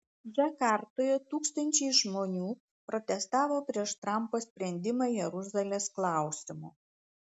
džakartoje tūkstančiai žmonių protestavo prieš trampo sprendimą jeruzalės klausimu